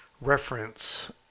reference